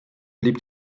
blieb